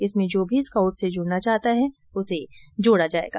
इसमें जो भी स्काउट से जुड़ना चाहता है उसे जोड़ा जायेगा